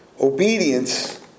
obedience